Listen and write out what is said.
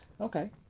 Okay